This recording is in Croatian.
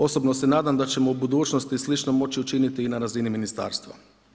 Osobno se nadam da ćemo u budućnosti slično moći učiniti i na razini ministarstava.